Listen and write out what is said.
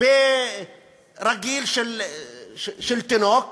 רגיל של תינוק